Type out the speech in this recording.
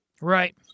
Right